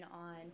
on